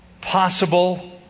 possible